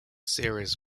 series